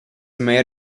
mare